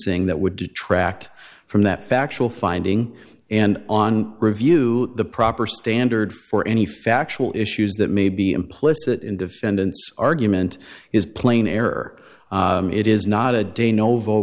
cing that would detract from that factual finding and on review the proper standard for any factual issues that may be implicit in defendant's argument is plain error it is not a day novo